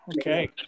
Okay